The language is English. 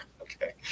okay